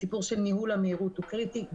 הסיפור של ניהול המהירות הוא קריטי,